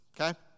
okay